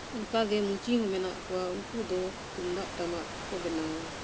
ᱚᱱᱠᱟᱜᱮ ᱢᱩᱪᱤ ᱦᱚᱸ ᱢᱮᱱᱟᱜ ᱠᱚᱣᱟ ᱩᱱᱠᱩ ᱫᱚ ᱛᱩᱢᱫᱟᱜ ᱴᱟᱢᱟᱠ ᱠᱚ ᱵᱮᱱᱟᱣᱟ